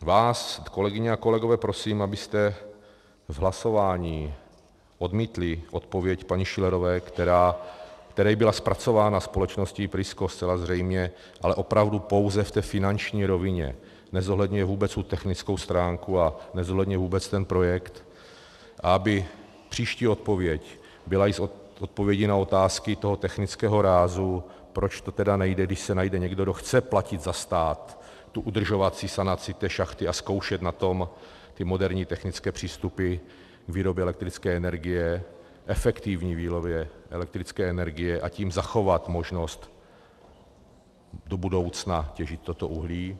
Vás, kolegyně a kolegové, prosím, abyste z hlasování odmítli odpověď paní Schillerové, které jí byla zpracována společností Prisco zcela zřejmě, ale opravdu pouze v té finanční rovině, nezohledňuje vůbec tu technickou stránku a nezohledňuje vůbec ten projekt, a aby příští odpověď byla i s odpovědí na otázky toho technického rázu, proč to tedy nejde, když se najde někdo, kdo chce platit za stát tu udržovací sanaci šachty a zkoušet na tom moderní technické přístupy výroby elektrické energie, efektivní výroby elektrické energie a tím zachovat možnost do budoucna těžit toto uhlí.